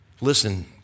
Listen